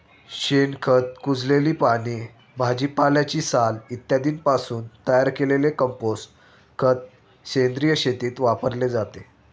शेणखत, कुजलेली पाने, भाजीपाल्याची साल इत्यादींपासून तयार केलेले कंपोस्ट खत सेंद्रिय शेतीत वापरले जाते